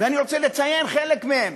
ואני רוצה לציין חלק מהם: